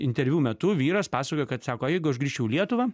interviu metu vyras pasakojo kad sako jeigu aš grįžčiau į lietuvą